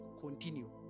continue